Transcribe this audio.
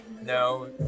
No